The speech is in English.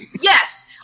Yes